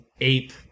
ape